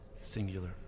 singular